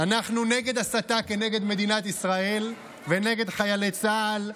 אנחנו נגד הסתה כנגד מדינת ישראל ונגד חיילי צה"ל.